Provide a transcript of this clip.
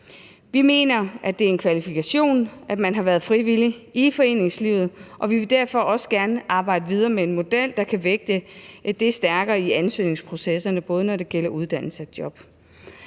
Vi mener, at det er en kvalifikation, at man har været frivillig i foreningslivet, og vi vil derfor også gerne arbejde videre med en model, der kan vægte det stærkere i ansøgningsprocesserne, både når det gælder uddannelse og job.